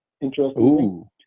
interesting